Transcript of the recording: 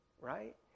right